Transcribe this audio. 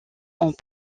ont